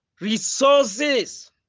resources